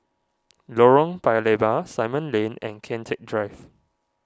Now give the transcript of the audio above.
Lorong Paya Lebar Simon Lane and Kian Teck Drive